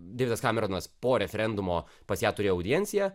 deividas kameronas po referendumo pas ją turi audienciją